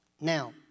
Now